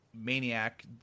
maniac